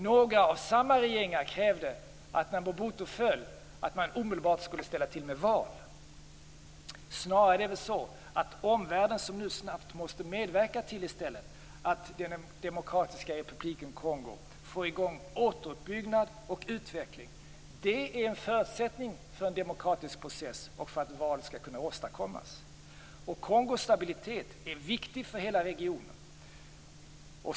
Några av dessa regeringar krävde att man omedelbart när Mobutu föll skulle hålla val. Snarare är det väl så att omvärlden nu snabbt måste medverka till att Demokratiska Republiken Kongo får i gång återuppbyggnad och utveckling. Det är en förutsättning för att en demokratisk process och val skall kunna åstadkommas. Kongos stabilitet är viktig för hela regionen.